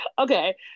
Okay